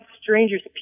stranger's